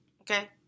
Okay